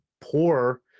poor